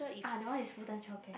ah that one is full time childcare